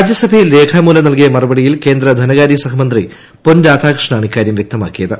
രാജ്യസഭയിൽ രേഖാമൂലം നൽകിയ മറുപടിയിൽ കേന്ദ്ര ധനകാര്യ സഹമന്ത്രി പൊൻരാധാകൃഷ്ണനാണ് ഇക്കാര്യം വ്യക്തമാക്കിയത്